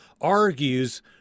argues